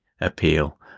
appeal